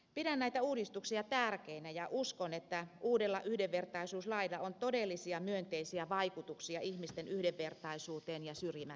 pidän näitä uudistuksia tärkeinä ja uskon että uudella yhdenvertaisuuslailla on todellisia myönteisiä vaikutuksia ihmisten yhdenvertaisuuteen ja syrjimättömyyteen